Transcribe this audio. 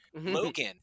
Logan